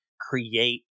create